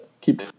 keep